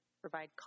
provide